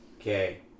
Okay